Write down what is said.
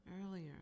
earlier